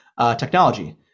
technology